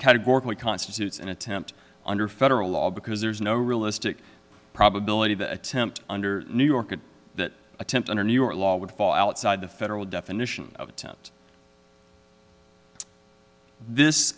categorically constitutes an attempt under federal law because there is no realistic probability the attempt under new york at that attempt under new york law would fall outside the federal definition of attempt this